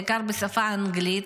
בעיקר בשפה האנגלית.